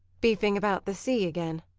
beefing about the sea again?